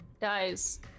Dies